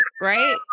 right